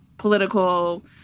political